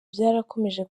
byarakomeje